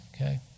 okay